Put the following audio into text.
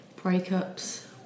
breakups